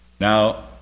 Now